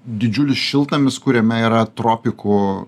didžiulis šiltnamis kuriame yra tropikų